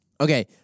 Okay